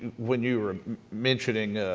when you were mentioning